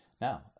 Now